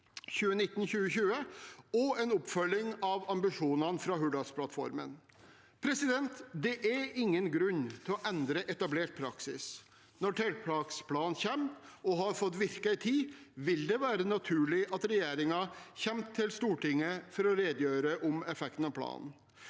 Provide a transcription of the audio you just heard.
2019–2020 og en oppfølging av ambisjonene fra Hurdalsplattformen. Det er ingen grunn til å endre etablert praksis. Når tiltaksplanen kommer og har fått virke en tid, vil det være naturlig at regjeringen kommer til Stortinget for å redegjøre om effekten av planen.